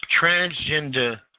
transgender